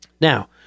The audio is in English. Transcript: Now